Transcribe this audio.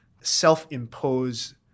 self-impose